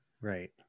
right